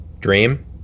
dream